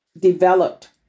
developed